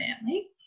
family